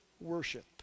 worship